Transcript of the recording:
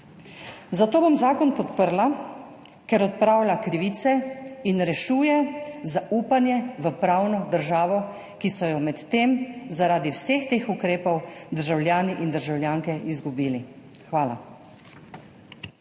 Zato bom zakon podprla, ker odpravlja krivice in rešuje zaupanje v pravno državo, ki so jo med tem zaradi vseh teh ukrepov državljani in državljanke izgubili. Hvala.